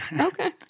Okay